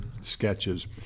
sketches